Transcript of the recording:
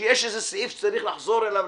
שיש איזה סעיף שצריך לחזור אליו,